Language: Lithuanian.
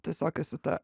tiesiog esu ta